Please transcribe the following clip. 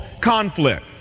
conflict